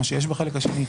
מה שיש בחלק השני.